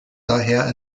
daher